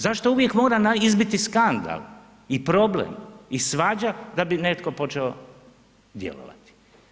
Zašto uvijek mora izbiti skandal i problem i svađa da bi netko počeo djelovati?